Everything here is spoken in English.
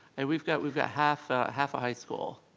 and we've got, we've got half ah half a high school